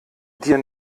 dir